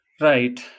Right